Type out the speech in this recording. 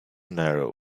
narrow